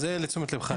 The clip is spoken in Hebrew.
זה לתשומת לבך.